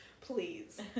please